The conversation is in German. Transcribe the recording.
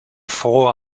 fror